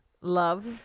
love